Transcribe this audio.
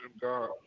God